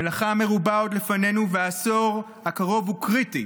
מלאכה מרובה עוד לפנינו והעשור הקרוב הוא קריטי.